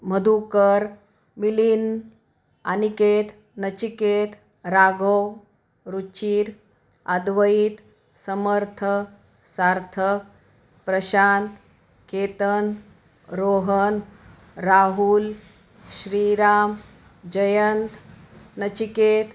Madhukar Milin Aniket Nachiket Raghav Ruchir Advait Samarth Sarth Prashant Ketan Rohan Rahul Shriram Jayant Nachiket